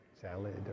salad